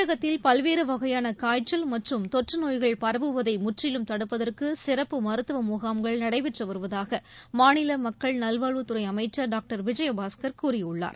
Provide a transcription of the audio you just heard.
தமிழகத்தில் பல்வேறு வகையான காய்ச்சல் மற்றும் தொற்றுநோய்கள் பரவுவதை முற்றிலும் தடுப்பதற்கு சிறப்பு மருத்துவ முகாம்கள் நடைபெற்று வருவதாக மாநில மக்கள் நல்வாழ்வுத் துறை அமைச்சர் டாக்டர் விஜயபாஸ்கர் கூறியுள்ளார்